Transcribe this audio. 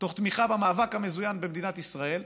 תוך תמיכה במאבק המזוין במדינת ישראל,